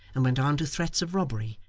and went on to threats of robbery,